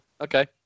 Okay